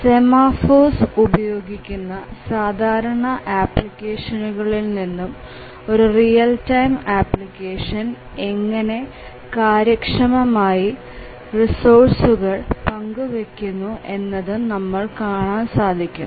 semaphores ഉപയോഗിക്കുന്ന സാധാരണ ആപ്ലിക്കേഷനുകളിൽ നിന്നും ഒരു റിയൽ ടൈം അപ്ലിക്കേഷൻ എങ്ങനെ കാര്യക്ഷമമായി റിസോഴ്സുകൾ പങ്കുവെക്കുന്നു എന്നതും നമുക്ക് കാണാൻ സാധിക്കും